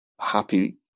happy